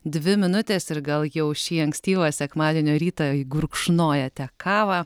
dvi minutės ir gal jau šį ankstyvą sekmadienio rytą gurkšnojate kavą